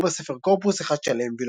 וראו בספר קורפוס אחד שלם,